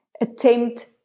attempt